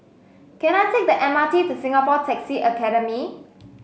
can I take the M R T to Singapore Taxi Academy